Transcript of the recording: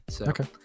Okay